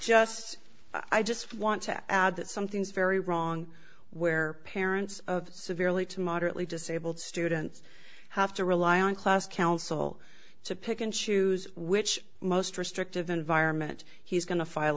just i just want to add that something's very wrong where parents of severely to moderately disabled students have to rely on class counsel to pick and choose which most restrictive environment he's going to file